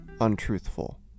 untruthful